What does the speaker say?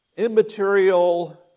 immaterial